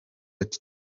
ati